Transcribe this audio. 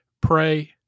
pray